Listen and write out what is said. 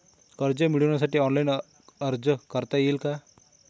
कर्ज मिळविण्यासाठी ऑनलाइन अर्ज करता येईल का?